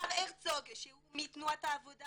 מר הרצוג שהוא מתנועת העבודה